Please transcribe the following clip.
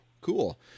cool